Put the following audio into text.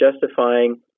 justifying